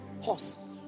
horse